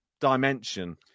dimension